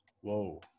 Whoa